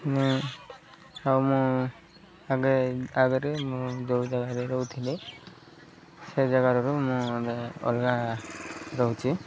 ମୁଁ ଆଉ ମୁଁ ଆଗେ ଆଗରେ ମୁଁ ଯେଉଁ ଜାଗାରେ ରହୁଥିଲି ସେ ଜାଗାରୁ ମୁଁ ଅଲଗା ରହୁଛି